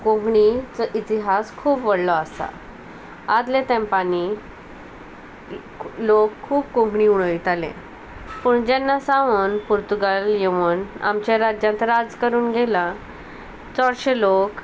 कोंकणीचो इतिहास खूब व्हडलो आसा आदले तेंपांनी लोक खूब कोंकणी उडयताले पूण जेन्ना सावन पुर्तुगाल येवन आमच्या राज्यांत राज करून गेला चडशे लोक